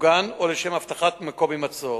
המוגן או לשם אבטחת מקום הימצאו.